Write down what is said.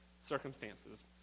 circumstances